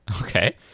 Okay